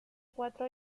cuatro